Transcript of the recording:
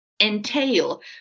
entail